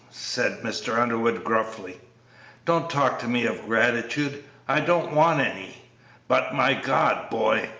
said mr. underwood, gruffly don't talk to me of gratitude i don't want any but, my god! boy,